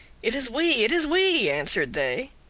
it is we! it is we! answered they.